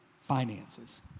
finances